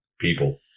people